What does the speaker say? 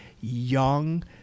young